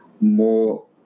more